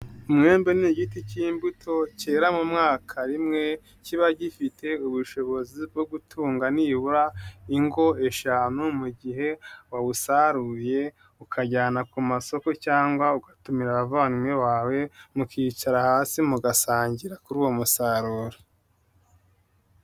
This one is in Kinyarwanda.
Umwembe ni igiti cy'imbuto, cyera mu mwaka rimwe, kiba gifite ubushobozi bwo gutunga nibura ingo eshanu mu gihe wawusaruye ukajyana ku masoko cyangwa ugatumira abavandimwe bawe mukicara hasi mugasangira kuri uwo musaruro.